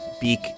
beak